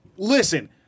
Listen